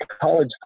college